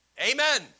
Amen